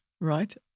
right